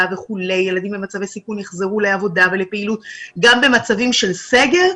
וכו' ושילדים במצבי סיכון יחזרו לפעילות גם במצבים של סגר,